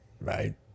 Right